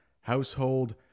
household